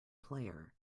player